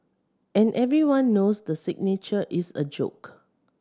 and everyone knows the signature is a joke